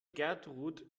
gertrud